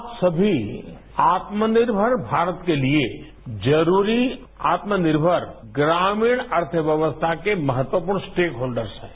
आप सभी आत्मनिर्भरमारत के लिए जरूरी आत्मनिर्भर ग्रामीण अर्थव्यवस्था के महत्व को स्टेक होल्डसहैं